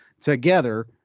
together